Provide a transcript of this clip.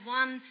one